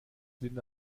linda